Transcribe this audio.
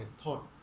thought